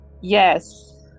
Yes